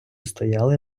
стояли